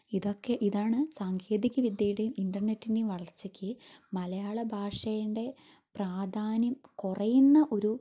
ഇതൊക്കെ ഇതാണ് സാങ്കേതിക വിദ്യയുടെയും ഇന്റർനെറ്റിന്റേയും വളർച്ചയ്ക്ക് മലയാള ഭാഷേന്റെ പ്രാധാന്യം കുറയുന്ന ഒരു